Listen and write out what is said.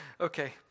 Okay